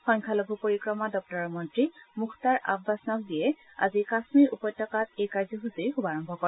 সংখ্যালঘু পৰিক্ৰমা দপ্তৰৰ মন্ত্ৰী মুখতাৰ আববাছ নাক্তিয়ে আজি কাশ্মীৰ উপত্যকাত এই কাৰ্য্যসুচীৰ শুভাৰম্ভ কৰে